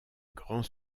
grand